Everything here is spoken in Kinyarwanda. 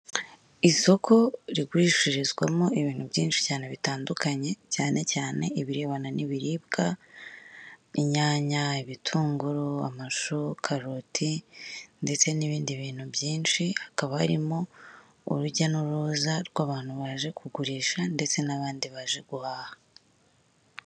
Isoko rigurishirizwamo ibintu byinshi cyane bitandukanye cyane cyane ibirebana n'ibiribwa, inyanya, ibitunguru, amashu, karoti ndetse n'ibindi bintu byinshi, hakaba harimo urujya n'uruza rw'abantu baje kugurisha ndetse n'abandi baje guhaha.